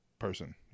person